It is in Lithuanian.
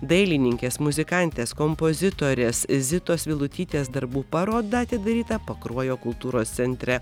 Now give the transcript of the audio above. dailininkės muzikantės kompozitorės zitos vilutytės darbų paroda atidaryta pakruojo kultūros centre